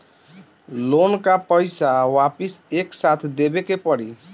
Loan का पईसा वापिस एक साथ देबेके पड़ी?